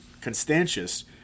Constantius